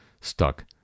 stuck